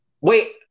Wait